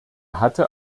hatte